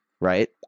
right